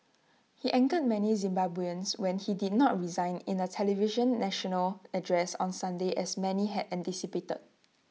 he angered many Zimbabweans when he did not resign in A televised national address on Sunday as many had anticipated